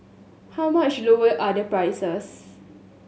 how much lower are the prices